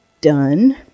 done